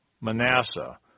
Manasseh